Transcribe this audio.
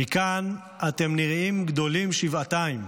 "מכאן אתם נראים גדולים שבעתיים",